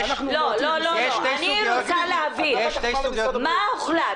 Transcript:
אני רוצה להבין מה הוחלט?